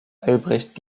albrecht